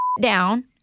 down